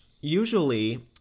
usually